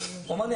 הוא אמר לי,